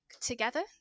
together